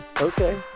Okay